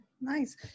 Nice